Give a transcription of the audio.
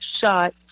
shot